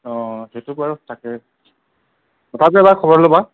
সেইটো বাৰু থাকে তথাপিও এবাৰ খবৰ ল'বা